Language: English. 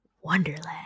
Wonderland